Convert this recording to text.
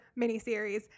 miniseries